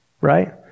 right